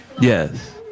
Yes